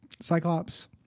Cyclops